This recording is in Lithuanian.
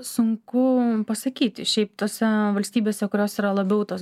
sunku pasakyti šiaip tose valstybėse kuriose yra labiau tos